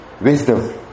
wisdom